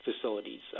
facilities